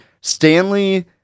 Stanley